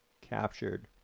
captured